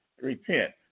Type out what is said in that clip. repent